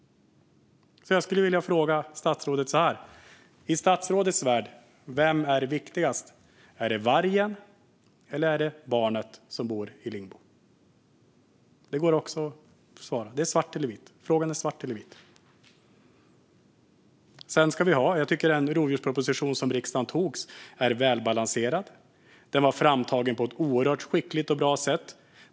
Jag skulle vilja fråga statsrådet: Vem i statsrådets värld är viktigast, vargen eller barnet som bor i Lingbo? Frågan är svart eller vit. Jag tycker ändå att den rovdjursproposition som riksdagen beslutade är välbalanserad. Den var framtagen på ett oerhört skickligt och bra sätt.